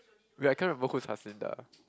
wait I can't remember who's Haslinda